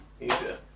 easier